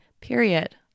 Period